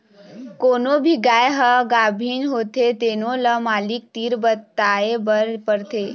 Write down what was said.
कोनो भी गाय ह गाभिन होथे तेनो ल मालिक तीर बताए बर परथे